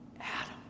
adam